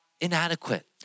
inadequate